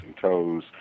toes